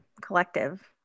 collective